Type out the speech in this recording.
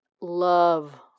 love